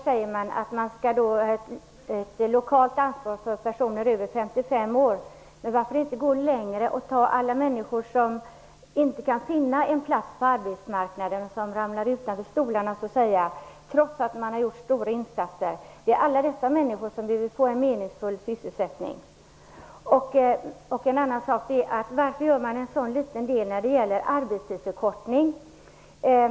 Här talas det om ett lokalt ansvar för personer över 55 år, men varför inte gå längre och inbegripa alla dem som inte kan finna en plats på arbetsmarknaden och som så att säga ramlar utanför stolarna trots stora insatser? Alla de människorna behöver få en meningsfull sysselsättning. Och varför görs så litet när det gäller detta med en arbetstidsförkortning?